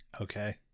Okay